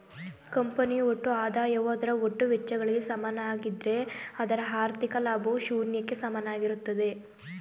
ಕಂಪನಿಯು ಒಟ್ಟು ಆದಾಯವು ಅದರ ಒಟ್ಟು ವೆಚ್ಚಗಳಿಗೆ ಸಮನಾಗಿದ್ದ್ರೆ ಅದರ ಹಾಥಿ೯ಕ ಲಾಭವು ಶೂನ್ಯಕ್ಕೆ ಸಮನಾಗಿರುತ್ತದೆ